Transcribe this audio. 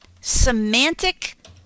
semantic